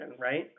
Right